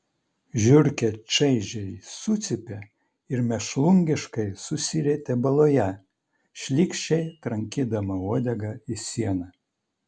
žiurkė čaižiai sucypė ir mėšlungiškai susirietė baloje šlykščiai trankydama uodegą į sieną